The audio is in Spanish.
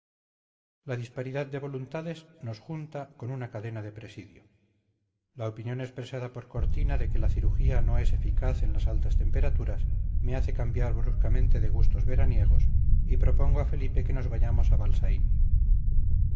la disparidad de voluntades nos junta con una cadena de presidio la opinión expresada por cortina de que la cirugía no es eficaz en las altas temperaturas me hace cambiar bruscamente de gustos veraniegos y propongo a felipe que nos vayamos a balsaín